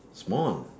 small